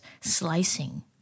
slicing